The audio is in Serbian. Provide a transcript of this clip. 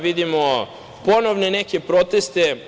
Vidimo ponovne neke proteste.